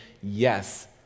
yes